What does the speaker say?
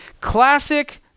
Classic